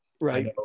Right